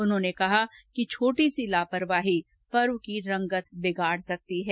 उन्होंने कहा कि छोटी सी लापरवाही पर्व की रंगत बिगाड़ सकती है